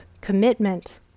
commitment